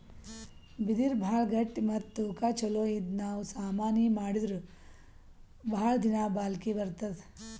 ಬಿದಿರ್ ಭಾಳ್ ಗಟ್ಟಿ ಮತ್ತ್ ತೂಕಾ ಛಲೋ ಇದ್ದು ನಾವ್ ಸಾಮಾನಿ ಮಾಡಿದ್ರು ಭಾಳ್ ದಿನಾ ಬಾಳ್ಕಿ ಬರ್ತದ್